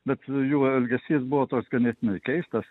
bet jų elgesys buvo toks ganėtinai keistas